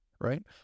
Right